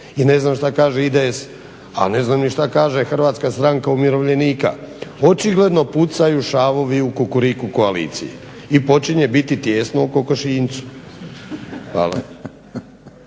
i ne znam šta kaže IDS, a ne znam ni šta kaže Hrvatska stranka umirovljenika. Očigledno pucaju šavovi u Kukuriku koaliciji i počinje biti tijesno u kokošinjcu. Hvala.